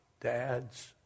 dads